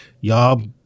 Y'all